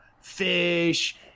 Fish